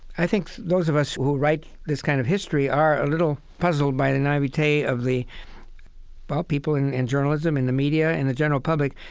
i think those of us who write this kind of history are a little puzzled by the naivete of the well, people in in journalism, in the media, in the general public,